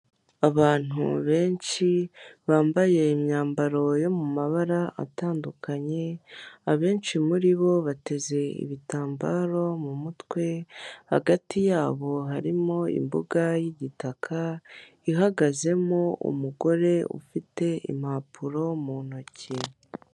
Abantu benshi bambaye imyambaro yo mu mabara atandukanye, abenshi muri bo bateze ibitambaro mu mutwe, hagati yabo harimo imbuga y'igitaka, ihagazemo umugore ufite impapuro mu ntoki.